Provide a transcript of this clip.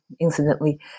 incidentally